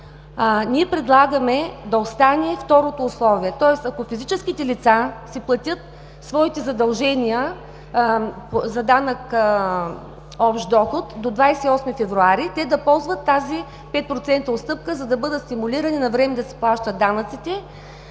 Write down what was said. ние предлагаме да остане второто условие, тоест, ако физическите лица си платят своите задължения за данък „Общ доход“ до 28 февруари, те да ползват тази 5-процентна отстъпка, за да бъдат стимулирани навреме да си плащат данъците.